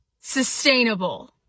sustainable